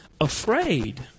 afraid